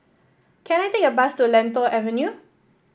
can I take a bus to Lentor Avenue